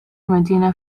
مدينة